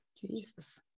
jesus